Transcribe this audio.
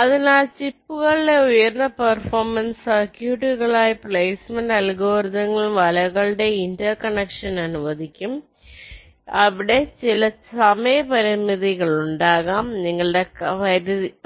അതിനാൽ ചിപ്പുകളിലെ ഉയർന്ന പെർഫോമൻസ് സർക്യൂട്ടുകൾക്കായി പ്ലെയ്സ്മെന്റ് അൽഗോരിതങ്ങൾ വലകളുടെ ഇന്റർ കണക്ഷൻ അനുവദിക്കും അവിടെ ചില സമയ പരിമിതികൾ ഉണ്ടാകാം നിങ്ങളുടെ